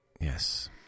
Yes